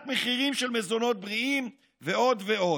מחירים של מזונות בריאים ועוד ועוד.